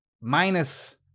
minus